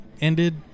ended